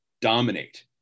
dominate